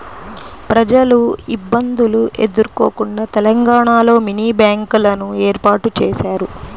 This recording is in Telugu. ప్రజలు ఇబ్బందులు ఎదుర్కోకుండా తెలంగాణలో మినీ బ్యాంకింగ్ లను ఏర్పాటు చేశారు